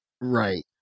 Right